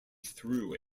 through